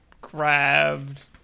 grabbed